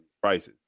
prices